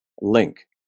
link